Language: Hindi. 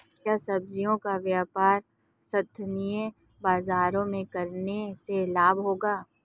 क्या सब्ज़ियों का व्यापार स्थानीय बाज़ारों में करने से लाभ होगा?